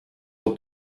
der